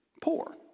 poor